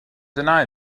deny